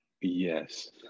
Yes